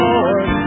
Lord